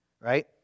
right